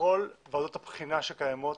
בכל ועדות הבחינה שקיימות